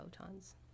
photons